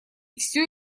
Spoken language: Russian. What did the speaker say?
всё